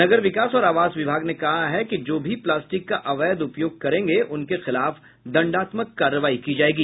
नगर विकास और आवास विभाग ने कहा है कि जो भी प्लास्टिक का अवैध उपयोग करेंगे उनके खिलाफ दंडात्मक कार्रवाई की जायेगी